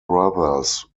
brothers